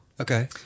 Okay